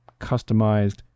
customized